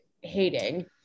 hating